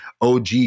OG